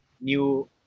new